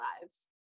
lives